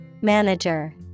Manager